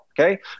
Okay